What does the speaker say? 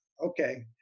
okay